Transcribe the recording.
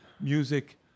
music